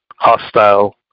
Hostile